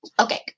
okay